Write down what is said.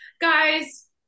Guys